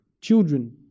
Children